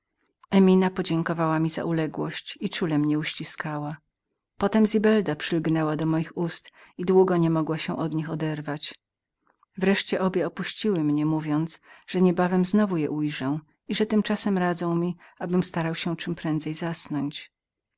emina podziękowała mi za uległość i czule mnie uściskała następnie zibelda złożyła na ustach moich tkliwy pocałunek wreszcie obie opuściły mnie mówiąc że niebawem znowu je ujrzę i że tymczasem radzą mi abym srarałstarał się czemprędzej zasnąć